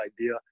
idea